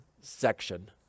section